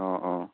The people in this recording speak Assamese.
অঁ অঁ